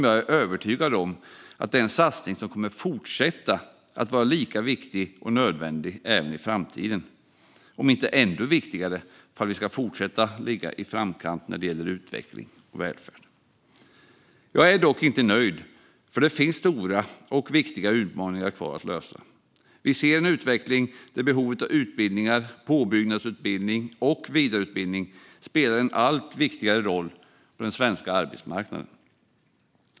Jag är övertygad om att det är en satsning som kommer att fortsätta att vara lika viktig och nödvändig även i framtiden, om inte ännu viktigare, för att vi ska fortsätta att ligga i framkant när det gäller utveckling och välfärd. Jag är dock inte nöjd, för det finns stora och viktiga utmaningar kvar att lösa. Vi ser en utveckling där behovet av utbildningar, påbyggnadsutbildning och vidareutbildning spelar en allt viktigare roll på den svenska arbetsmarknaden.